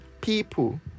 people